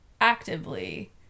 actively